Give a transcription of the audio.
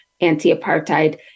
anti-apartheid